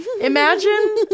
Imagine